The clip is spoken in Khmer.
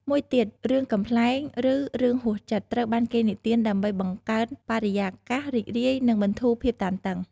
មួយទៀត រឿងកំប្លែង ឬរឿងហួសចិត្ត ត្រូវបានគេនិទានដើម្បីបង្កើនបរិយាកាសរីករាយ និងបន្ធូរភាពតានតឹង។